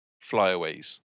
flyaways